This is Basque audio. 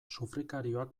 sufrikarioak